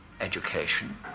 education